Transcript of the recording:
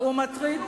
מה מטריד?